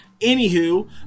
anywho